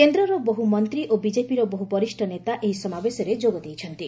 କେନ୍ଦ୍ରର ବହୁ ମନ୍ତ୍ରୀ ଓ ବିଜେପିର ବହୁ ବରିଷ୍ଣ ନେତା ଏହି ସମାବେଶରେ ଯୋଗ ଦେଇଛନ୍ତି